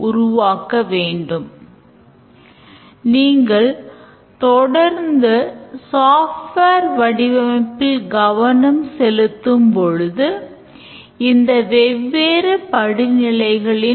வாடிக்கையாளர் டெபிட் கார்டைச் செருகுவார் customer Id